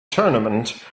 tournament